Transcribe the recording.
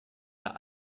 der